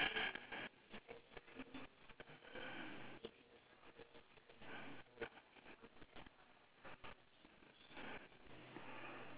beach queen on the lady ah I got nothing on the lady she's only putting her hand on the waist